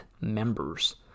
members